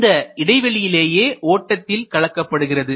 இந்த இடைவெளியிலேயே ஓட்டத்தில் கலக்கப்படுகிறது